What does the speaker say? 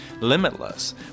limitless